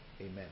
Amen